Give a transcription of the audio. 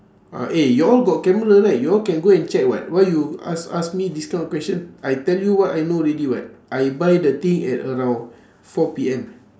ah eh y'all got camera right you all can go and check [what] why you ask ask me this kind of question I tell you what I know already [what] I buy the thing at around four P_M